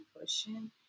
pushing